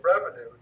revenue